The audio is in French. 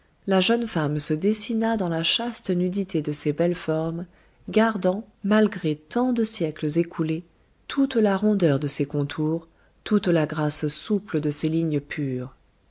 la jeune femme se dessina dans la chaste nudité de ses belles formes gardant malgré tant de siècles écoulés toute la rondeur de ses contours toute la grâce souple de ses lignes pures